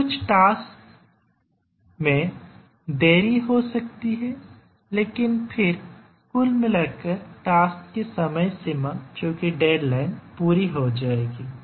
तो कुछ टास्क में देरी हो सकती है लेकिन फिर कुल मिलाकर टास्क की समय सीमा पूरी हो जाएगी